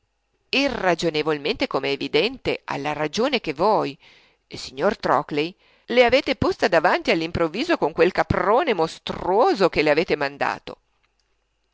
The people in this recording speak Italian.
evidentemente alla ragione che voi signor trockley le avete posta davanti all'improvviso con quel caprone mostruoso che le avete mandato